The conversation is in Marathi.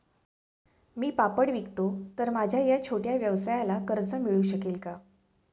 मी पापड विकतो तर माझ्या या छोट्या व्यवसायाला कर्ज मिळू शकेल का?